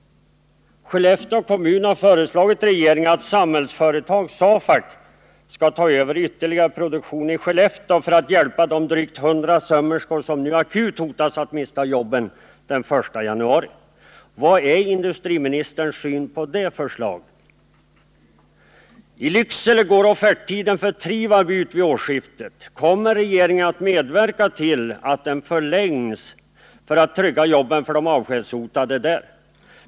Skellefteå kommun har föreslagit regeringen att Samhällsföretag, SAFAC, skall ta över ytterligare produktion i Skellefteå för att hjälpa de drygt 100 sömmerskor som nu akut riskerar att mista jobben den 1 januari. Vad är industriministerns syn på det förslaget? I Lycksele går offerttiden för Trivab ut vid årsskiftet. Kommer regeringen att medverka till att den förlängs för att trygga jobben för de avskedshotade där?